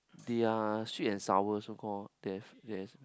their are sweet and sour so called there's there's